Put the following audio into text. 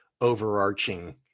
overarching